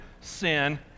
sin